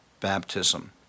Baptism